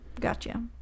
gotcha